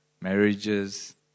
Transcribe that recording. marriages